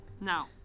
Now